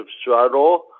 struggle